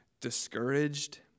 discouraged